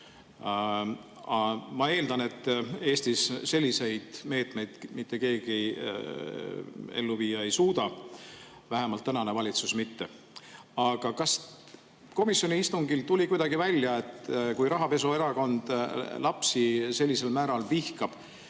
Ma eeldan, et Eestis selliseid meetmeid mitte keegi ellu viia ei suuda, vähemalt tänane valitsus mitte. Aga kas komisjoni istungil tuli kuidagi välja, et kui rahapesuerakond lapsi sellisel määral vihkab